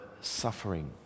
suffering